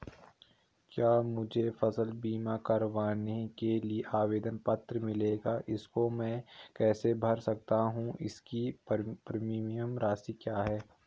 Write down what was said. क्या मुझे फसल बीमा करवाने के लिए आवेदन पत्र मिलेगा इसको मैं कैसे भर सकता हूँ इसकी प्रीमियम राशि क्या है?